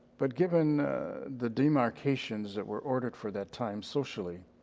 but given the demarcations that were ordered for that time socially,